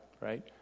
right